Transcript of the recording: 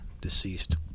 deceased